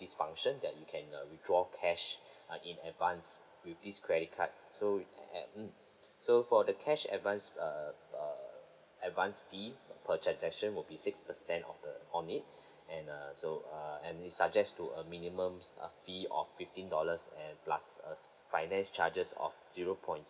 function that you can uh withdraw cash uh in advance with this credit card so and mm so for the cash advance err uh advance fee per transaction will be six percent of the on it and uh so err and we suggest to a minimum fee of fifteen dollars and plus uh finance charges of zero point